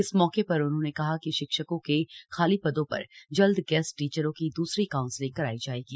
इस मौके पर उन्होंने कहा कि शिक्षकों के खाली पदों पर जल्द गेस्ट टीचरों की दूसरी काउंसलिंग कराई जाएगी